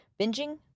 binging